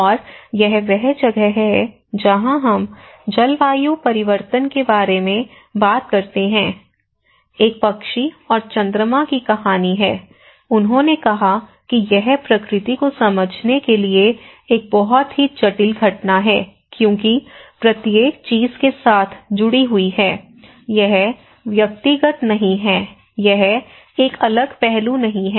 और यह वह जगह है जहाँ हम जलवायु परिवर्तन के बारे में बात करते हैं एक पक्षी और चंद्रमा की कहानी है उन्होंने कहा कि यह प्रकृति को समझने के लिए एक बहुत ही जटिल घटना है क्योंकि प्रत्येक चीज के साथ जुड़ी हुई है यह व्यक्तिगत नहीं है यह एक अलग पहलू नहीं है